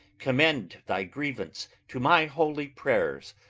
commend thy grievance to my holy prayers,